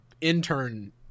intern